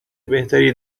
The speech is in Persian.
بهتری